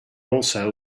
also